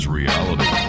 reality